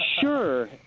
Sure